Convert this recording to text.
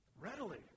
Readily